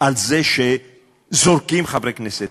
על זה שזורקים חבר כנסת.